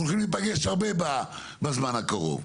אנחנו הולכים להיפגש הרבה בזמן הקרוב,